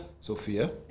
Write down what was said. Sophia